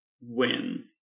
win